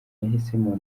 nahisemo